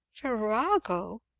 virago!